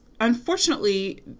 Unfortunately